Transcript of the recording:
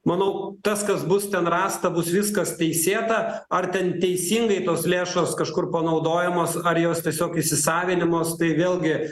manau tas kas bus ten rasta bus viskas teisėta ar ten teisingai tos lėšos kažkur panaudojamos ar jos tiesiog įsisavinamos tai vėlgi